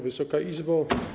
Wysoka Izbo!